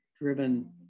driven